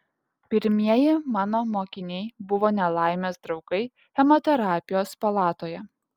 pirmieji mano mokiniai buvo nelaimės draugai chemoterapijos palatoje